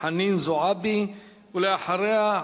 חנין זועבי, ואחריה,